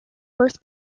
birth